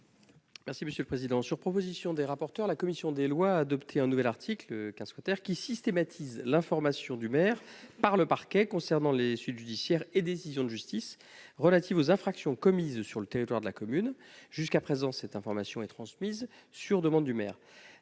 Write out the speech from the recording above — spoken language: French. est à M. Jérôme Durain. Sur proposition des rapporteurs, la commission des lois a adopté un nouvel article 15 dont le dispositif systématise l'information du maire par le parquet concernant les suites judiciaires et décisions de justice relatives aux infractions commises sur le territoire de la commune. Jusqu'à présent, cette information est transmise sur demande du maire.